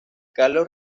carlos